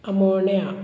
आमोण्या